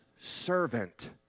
servant